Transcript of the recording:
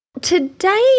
Today